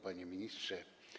Panie Ministrze!